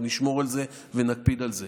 ונשמור על זה ונקפיד על זה.